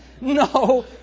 No